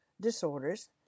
disorders